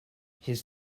his